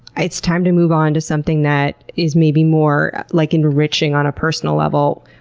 it's time to move on to something that is maybe more like enriching on a personal level?